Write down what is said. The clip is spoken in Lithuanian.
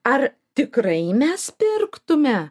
ar tikrai mes pirktume